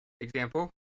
example